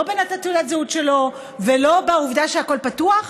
לא בלתת מספר זהות שלו ולא בעובדה שהכול פתוח?